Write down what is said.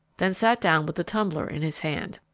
then sat down with the tumbler in his hand.